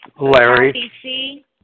Larry